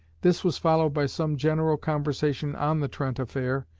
this was followed by some general conversation on the trent affair,